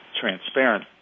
transparent